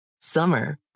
Summer